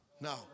No